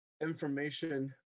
information